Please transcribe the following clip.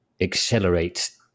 accelerate